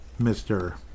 Mr